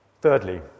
Thirdly